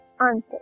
answer